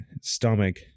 stomach